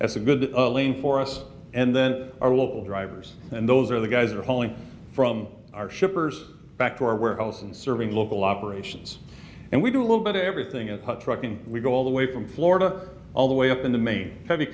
that's a good link for us and then our local drivers and those are the guys are wholly from our shippers back to our warehouse and serving local operations and we do a little bit of everything in the trucking we go all the way from florida all the way up in the main heavy